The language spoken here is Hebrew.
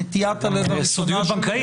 נטיית הלב הראשונה שלי --- זכות בנקאית,